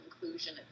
conclusion